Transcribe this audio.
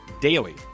daily